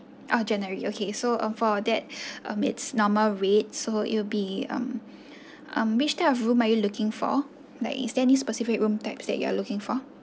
uh january okay so uh for that um it's normal rate so it'll be um um which type of room are you looking for like is there any specific room type that you are looking for